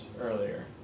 earlier